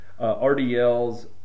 RDLs